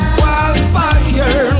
wildfire